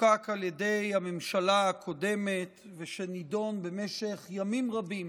שחוקק על ידי הממשלה הקודמת ושנדון במשך ימים רבים